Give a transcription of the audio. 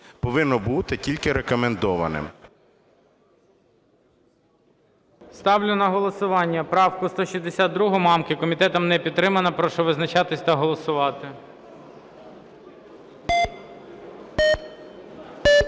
повинно бути тільки рекомендованим. ГОЛОВУЮЧИЙ. Ставлю на голосування правку 162 Мамки. Комітетом не підтримана. Прошу визначатись та голосувати.